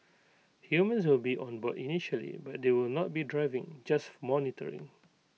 humans will be on board initially but they will not be driving just monitoring